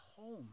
home